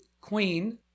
queen